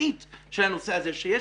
המשפטית של הנושא הזה שיש